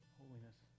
holiness